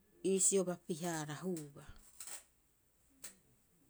Iisio bapi- haarahuuba.